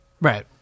right